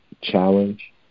challenge